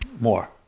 more